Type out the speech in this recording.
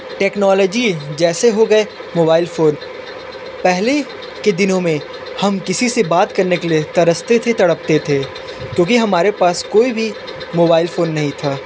technology जैसे हो गए मोबाईल फ़ोन पहले के दिनों में हम किसी से बात करने के लिए तरसते थे तड़पते थे क्योंकि हमारे पास कोई भी मोबाईल फ़ोन नहीं था